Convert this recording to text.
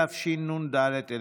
התשנ"ד 1994,